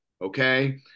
Okay